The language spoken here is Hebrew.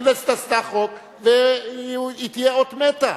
הכנסת עשתה חוק והוא יהיה אות מתה.